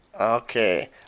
Okay